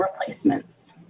replacements